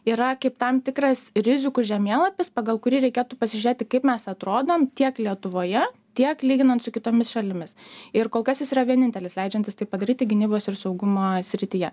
yra kaip tam tikras rizikų žemėlapis pagal kurį reikėtų pasižiūrėti kaip mes atrodom tiek lietuvoje tiek lyginant su kitomis šalimis ir kol kas jis yra vienintelis leidžiantis tai padaryti gynybos ir saugumo srityje